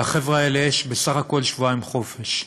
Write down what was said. לחבר'ה האלה יש בסך הכול שבועיים חופש.